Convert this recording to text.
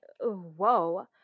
whoa